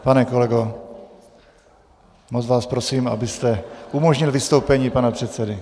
Pane kolego, moc vás prosím, abyste umožnil vystoupení pana předsedy.